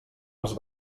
les